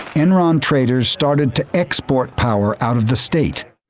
enron traders started to export power out of the state.